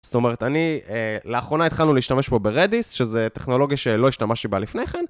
זאת אומרת, אני, לאחרונה התחלנו להשתמש בו ברדיס, שזה טכנולוגיה שלא השתמשתי בה לפני כן.